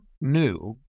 new